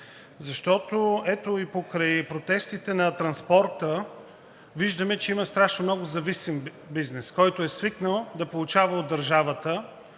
Защото, ето и покрай протестите на транспорта виждаме, че има страшно много зависим бизнес, който е свикнал да получава от държавата,